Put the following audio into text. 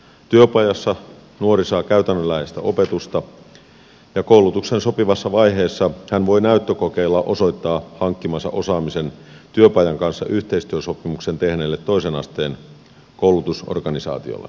työpajassa nuori saa käytännönläheistä opetusta ja koulutuksen sopivassa vaiheessa hän voi näyttökokeella osoittaa hankkimansa osaamisen työpajan kanssa yhteistyösopimuksen tehneelle toisen asteen koulutusorganisaatiolle